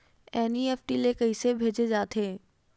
NEFT ले कइसे भेजे जाथे?